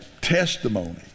testimony